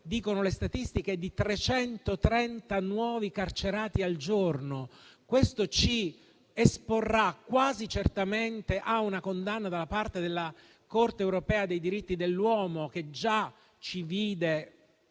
dicono le statistiche - di 330 nuovi carcerati al giorno. Questo ci esporrà quasi certamente a una condanna da parte della Corte europea dei diritti dell'uomo, che già ci vide,